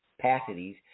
capacities